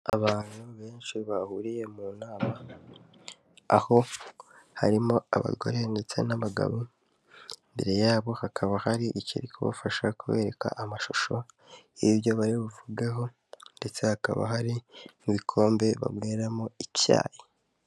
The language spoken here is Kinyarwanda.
Abantu benshi bahuriye mu nama aho harimo abagore ndetse n'abagabo, imbere yabo hakaba hari ikiri kubafasha kubereka amashusho y'ibyo baribuvugaho ndetse hakaba hari n'ibikombe bayweramo icyayi.